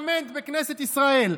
בפרלמנט, בכנסת ישראל.